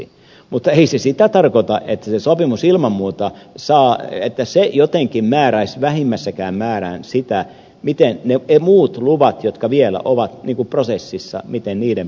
mutta ei se sitä tarkoita että se sopimus jotenkin määräisi vähimmässäkään määrin sitä miten niiden muiden lupien jotka vielä ovat prosessissa käsittelyssä käy